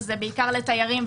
בעיקר לתיירים,